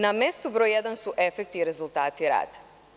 Na mestu broj jedan su efekti i rezultati rada.